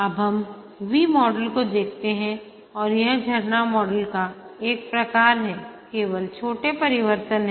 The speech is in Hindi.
अब हम V मॉडल को देखते हैंयह झरना मॉडल का एक प्रकार है केवल छोटे परिवर्तन हैं